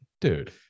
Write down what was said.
dude